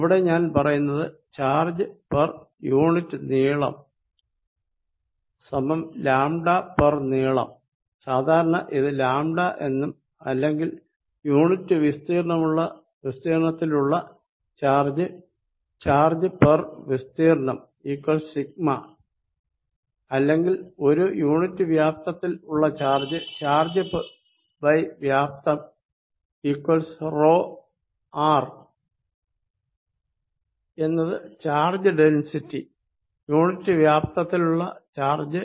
ഇവിടെ ഞാൻ പറയുന്നത് ചാർജ് പെർ യൂണിറ്റ് നീളം λനീളം സാധാരണ ഇത് λ എന്നും അല്ലെങ്കിൽ യൂണിറ്റ് വിസ്തീർണത്തിൽ ഉള്ള ചാർജ് ചാർജ്വിസ്തീർണം σ അല്ലെങ്കിൽ ഒരു യൂണിറ്റ് വ്യാപ്തത്തിൽ ഉള്ള ചാർജ് ചാർജ്വ്യാപ്തംρ→ എന്നത് ചാർജ് ഡെൻസിറ്റി യൂണിറ്റ് വ്യാപ്തത്തിലുള്ള ചാർജ്